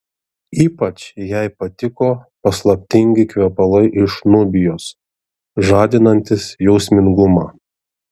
ypač jai patiko paslaptingi kvepalai iš nubijos žadinantys jausmingumą